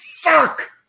fuck